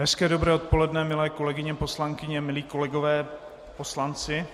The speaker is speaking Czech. Hezké, dobré odpoledne, milé kolegyně poslankyně, milí kolegové poslanci.